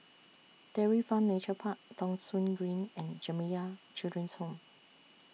Dairy Farm Nature Park Thong Soon Green and Jamiyah Children's Home